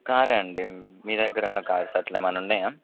కారా అండి మీ దగ్గర ఉన్న కార్ అట్లే ఏమన్నా ఉన్నాయా